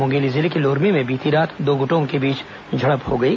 मुंगेली जिले के लोरमी में बीती रात दो गुटों के बीच झड़प हो गई